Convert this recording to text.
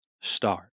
start